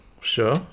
sure